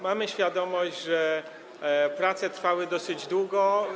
Mamy świadomość, że prace trwały dosyć długo.